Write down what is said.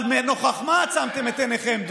אבל לנוכח מה עצמתם את עיניכם?